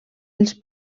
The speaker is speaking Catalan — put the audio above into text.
els